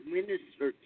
Minister